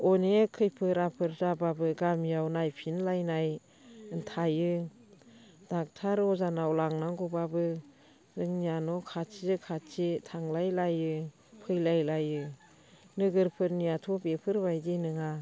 अनेक खैफोद आफोद जाबाबो गामियाव नायफिनलायनाय थायो दक्ट'र अजानाव लांनांगौब्लाबो जोंनिया न' खाथि खाथि थांलायलायो फैलायलायो नोगोरफोरनियाथ' बेफोरबायदि नङा